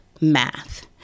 math